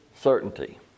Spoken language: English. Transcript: certainty